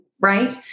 right